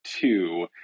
two